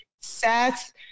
Seth